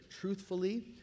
truthfully